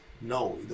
No